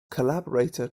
collaborator